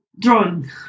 drawing